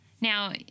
Now